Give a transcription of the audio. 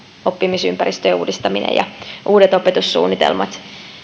oppimisympäristöjen uudistaminen ja uudet opetussuunnitelmat